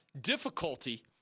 difficulty